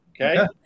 Okay